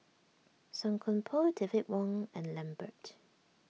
Song Koon Poh David Wong and Lambert